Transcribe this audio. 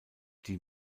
die